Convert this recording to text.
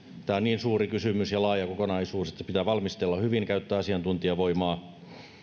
on niin suuri kysymys ja laaja kokonaisuus että se pitää valmistella hyvin käyttää asiantuntijavoimaa